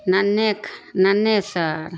ننہے ننہے سر